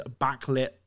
backlit